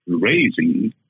raising